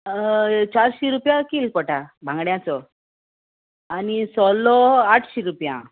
चारशीं रुपया किल पोटा बांगड्यांचो आनी सोलो आठशीं रुपया